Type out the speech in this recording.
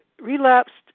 relapsed